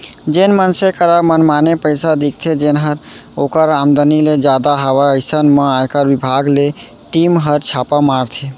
जेन मनसे करा मनमाने पइसा दिखथे जेनहर ओकर आमदनी ले जादा हवय अइसन म आयकर बिभाग के टीम हर छापा मारथे